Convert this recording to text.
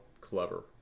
clever